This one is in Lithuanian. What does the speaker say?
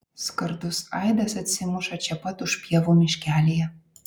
skardus aidas atsimuša čia pat už pievų miškelyje